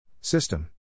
System